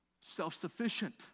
self-sufficient